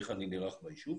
איך אני נערך ביישוב.